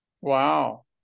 Wow